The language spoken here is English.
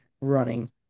running